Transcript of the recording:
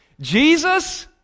Jesus